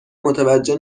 متوجه